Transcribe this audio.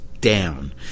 down